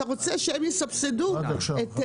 אתה רוצה שהם יסבסדו את קלאנסווה,